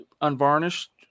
unvarnished